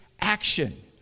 action